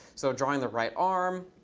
so drawing the right arm.